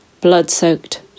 blood-soaked